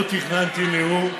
תכננתי נאום,